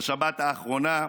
בשבת האחרונה,